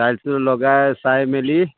টাইলছটো লগাই চাই মেলি